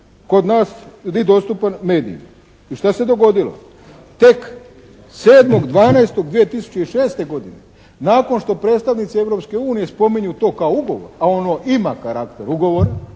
kod nas i dostupan medijima. I šta se dogodilo? Tek 7.12.2006. godine nakon što predstavnici Europske unije spominju to kao ugovor, a ono ima karakter ugovora